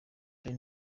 they